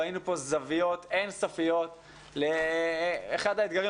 ראינו פה זוויות אין סופיות לאחד האתגרים